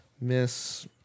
Miss